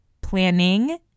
Planning